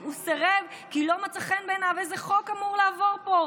הוא סירב כי לא מצא חן בעיניו איזה חוק שאמור לעבור פה,